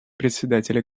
председателя